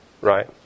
Right